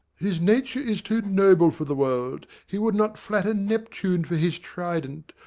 his nature is too noble for the world he would not flatter neptune for his trident,